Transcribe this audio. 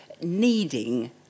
needing